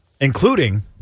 including